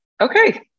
Okay